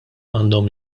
għandhom